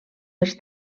dels